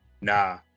nah